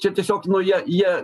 čia tiesiog nu jie jie